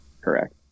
Correct